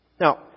Now